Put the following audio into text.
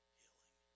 healing